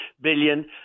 billion